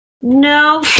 no